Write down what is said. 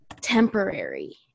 temporary